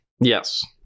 Yes